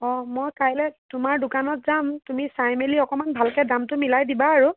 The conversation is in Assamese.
অঁ মই কাইলে তোমাৰ দোকানত যাম তুমি চাই মেলি অকণমান ভালকে দামটো মিলাই দিবা আৰু